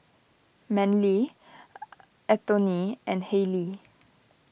Manly Anthoney and Hailie